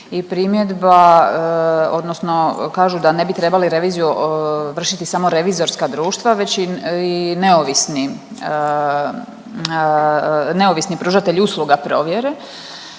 I primjedba, odnosno kažu da ne bi trebali reviziju vršiti samo revizorska društva već i neovisni pružatelji usluga provjere.